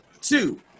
Two